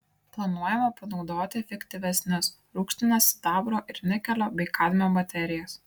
planuojama panaudoti efektyvesnius rūgštinės sidabro ir nikelio bei kadmio baterijas